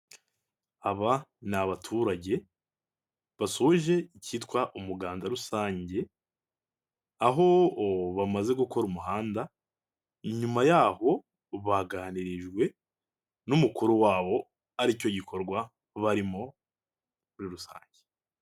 Aba ni abaturage basoje ikitwa umuganda rusange aho bamaze gukora umuhanda, inyuma yaho baganirijwe n'umukuru wabo aricyo gikorwa barimo muri rusange.